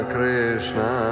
Krishna